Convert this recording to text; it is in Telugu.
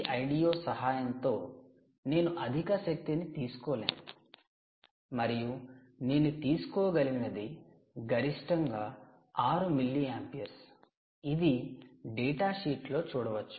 Vldo సహాయంతో నేను అధిక శక్తిని తీసుకోలేను మరియు నేను తీసుకోగలిగినది గరిష్టం గా 6 మిల్లీయాంపీయర్స్ ఇది డేటా షీట్ లో చూడవచ్చు